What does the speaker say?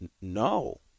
No